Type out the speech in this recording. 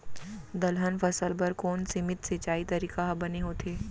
दलहन फसल बर कोन सीमित सिंचाई तरीका ह बने होथे?